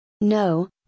No